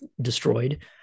destroyed